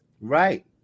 Right